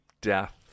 death